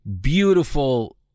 beautiful